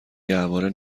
گهواره